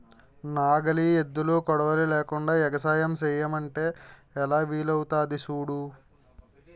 నాగలి, ఎద్దులు, కొడవలి లేకుండ ఎగసాయం సెయ్యమంటే ఎలా వీలవుతాది సూడు